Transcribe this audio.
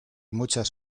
muchas